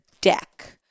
deck